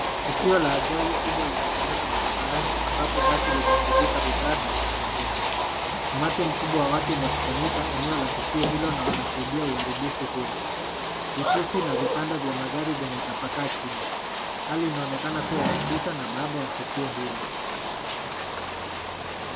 Tukio la ajali kubwa limefanyika barabarani ambapo basi limeharibika vibaya na limepinduka. Umati mkubwa wa watu umekusanyika eneo la tukio hilo na wanashuhudia uharibifu huo. Vifusi na vipande vya magari vimetapakaa chini. Hali inaonekana kuwa ya kutisha na baada ya tukio hilo.